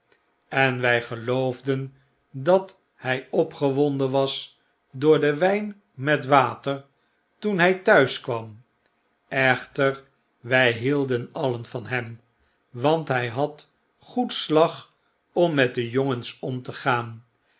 en wy geloofden dat hy opgewonden was door wyn met water toen hy t'huis kwara echter wy hielden alien van hem want by had goed slag om met de jongens om te gaan